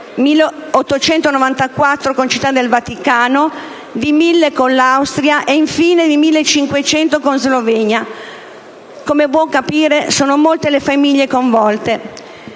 1.894 con la Città del Vaticano, di 1.000 con l'Austria e infine di 1.500 con la Slovenia. Come si può capire, sono molte le famiglie coinvolte.